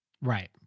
Right